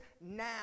now